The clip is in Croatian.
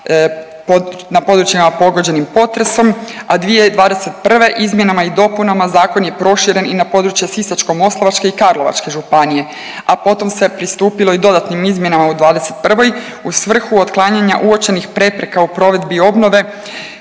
na područjima pogođenim potresom, a 2021. izmjenama i dopunama zakon je proširen i na područje Sisačko-moslavačke i Karlovačke županije, a potom se pristupilo i dodatnim izmjenama u '21. u svrhu otklanjanja uočenih prepreka u provedbi obnove